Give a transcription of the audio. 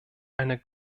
einer